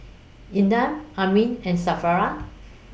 Indah Amrin and